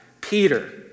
Peter